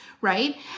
right